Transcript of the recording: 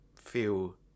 feel